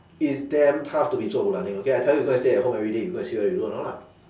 it's damn tough to be 做 bo lan eh okay I tell you you go and stay at home every day you go and see whether you do or not lah